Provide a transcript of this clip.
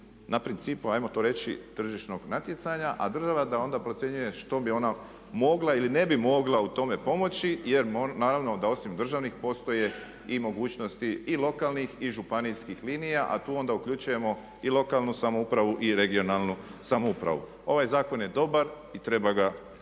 na principu ajmo to reći tržišnog natjecanja a država onda da procjenjuje što bi ona mogla ili ne bi mogla u tome pomoći jer naravno da osim državnih postoje i mogućnosti i lokalnih i županijskih linija. A tu onda uključujemo i lokalnu samoupravu i regionalnu samoupravu. Ovaj zakon je dobar i treba ga